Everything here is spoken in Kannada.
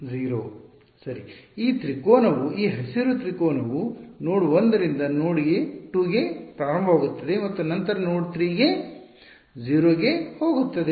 0 ಸರಿ ಈ ತ್ರಿಕೋನವು ಈ ಹಸಿರು ತ್ರಿಕೋನವು ನೋಡ್ 1 ರಿಂದ ನೋಡ್ 2 ಗೆ ಪ್ರಾರಂಭವಾಗುತ್ತದೆ ಮತ್ತು ನಂತರ ನೋಡ್ 3 ಕ್ಕೆ 0 ಗೆ ಹೋಗುತ್ತದೆ